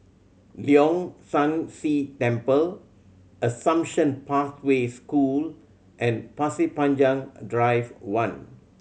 Leong San See Temple Assumption Pathway School and Pasir Panjang Drive One